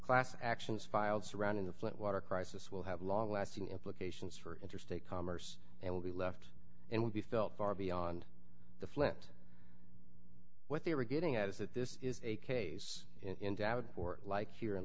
class actions filed surrounding the flint water crisis will have long lasting implications for interstate commerce and will be left and will be felt far beyond the flint what they were getting at is that this is a case in doubt or like